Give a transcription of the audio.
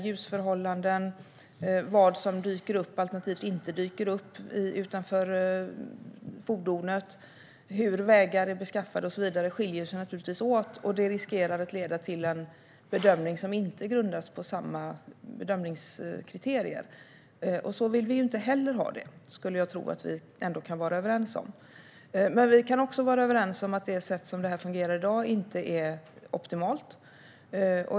Ljusförhållanden, vad som dyker upp alternativt inte dyker upp framför fordonet, hur vägar är beskaffade och så vidare skiljer sig naturligtvis åt, och det riskerar att leda till en bedömning som inte grundar sig på samma kriterier. Så vill vi inte heller ha det, tror jag att vi ändå kan vara överens om. Men vi kan också vara överens om att det sätt på vilket det fungerar i dag inte är optimalt.